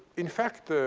in fact,